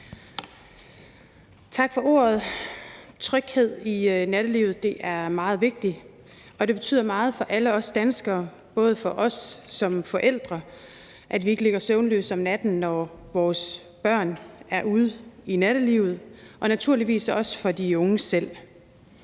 Tak for ordet. Tryghed i nattelivet er meget vigtigt, og det betyder meget for alle os danskere, både for os som forældre, at vi ikke ligger søvnløse om natten, når vores børn er ude i nattelivet, og naturligvis også for de unge selv.